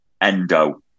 Endo